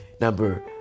Number